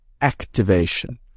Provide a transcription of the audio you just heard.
activation